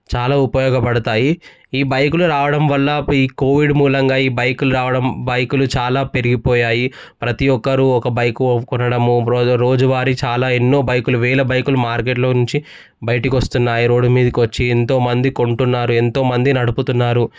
చాలా ఉపయోగపడతాయి ఈ బైకులు రావడం వల్ల ఈ కోవిడ్ మూలంగా ఈ బైకులు రావడం బైకులు చాలా పెరిగిపోయాయి ప్రతి ఒక్కరు ఒక బైకు కొనడం రోజువారీ చాలా ఎన్నో బైకులు వేల బైకులు మార్కెట్లో నుంచి బయటికి వస్తున్నాయి రోడ్డు మీదకు వచ్చి ఎంతోమంది కొంటున్నారు ఎంతోమంది నడుపుతున్నారు